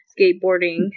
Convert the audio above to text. skateboarding